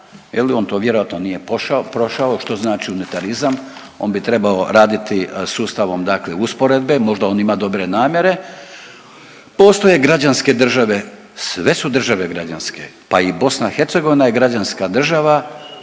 on to vjerojatno nije prošao što znači unitarizam. On bi trebao raditi sustavom dakle usporedbe, možda on ima dobre namjere. Postoje građanske države. Sve su države građanske, pa i BiH je građanska država